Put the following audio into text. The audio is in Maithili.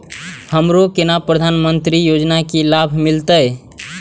हमरो केना प्रधानमंत्री योजना की लाभ मिलते?